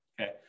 Okay